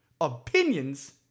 opinions